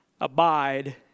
Abide